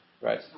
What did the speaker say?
Right